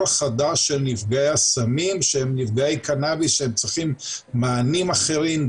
החדש של נפגעי הסמים שהם נפגעי קנאביס שהם צריכים מענים אחרים,